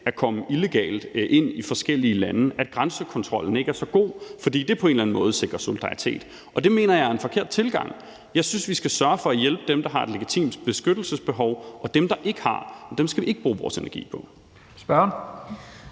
at komme illegalt ind i forskellige lande, og at grænsekontrollen ikke er så god, fordi det på en eller anden måde sikrer solidaritet. Det mener jeg er en forkert tilgang. Jeg synes, vi skal sørge for at hjælpe dem, der har et legitimt beskyttelsesbehov, og dem, der ikke har, skal vi ikke bruge vores energi på. Kl.